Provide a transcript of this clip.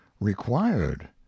required